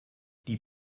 die